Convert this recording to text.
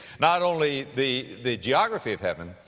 not only the, the geography of heaven,